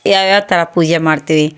ಯಾವ್ಯಾವ ಥರ ಪೂಜೆ ಮಾಡ್ತೀವಿ